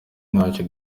ntacyo